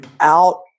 out